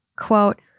Quote